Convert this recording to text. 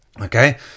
Okay